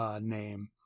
name